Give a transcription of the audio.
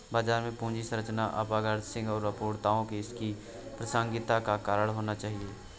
बाजार में पूंजी संरचना अप्रासंगिक है, अपूर्णताओं को इसकी प्रासंगिकता का कारण होना चाहिए